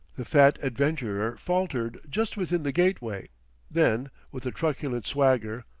the fat adventurer faltered just within the gateway then, with a truculent swagger,